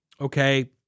okay